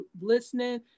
listening